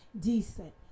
decent